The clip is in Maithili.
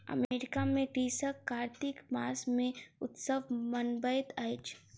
अमेरिका में कृषक कार्तिक मास मे उत्सव मनबैत अछि